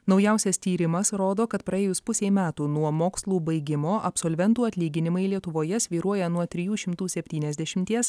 naujausias tyrimas rodo kad praėjus pusei metų nuo mokslų baigimo absolventų atlyginimai lietuvoje svyruoja nuo trijų šimtų septyniasdešimties